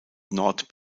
nord